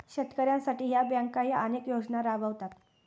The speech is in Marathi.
शेतकऱ्यांसाठी या बँकाही अनेक योजना राबवतात